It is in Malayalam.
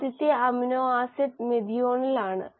ആദ്യത്തെ അമിനോ ആസിഡ് മെഥിയോണിൻ ആണ്